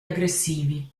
aggressivi